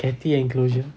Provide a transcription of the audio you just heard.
catty enclosure